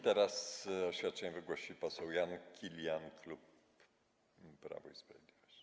Teraz oświadczenie wygłosi poseł Jan Kilian, klub Prawo i Sprawiedliwość.